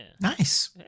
Nice